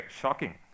shocking